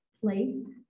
place